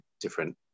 different